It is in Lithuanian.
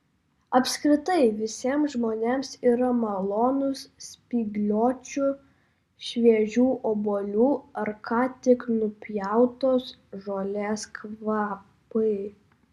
apskritai visiems žmonėms yra malonūs spygliuočių šviežių obuolių ar ką tik nupjautos žolės kvapai